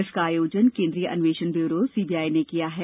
इसका आयोजन केंद्रीय अन्वेषण ब्यूरो सीबीआई ने किया है